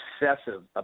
obsessive